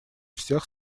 всех